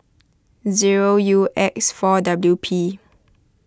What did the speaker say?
zero U X four W P